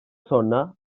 sonra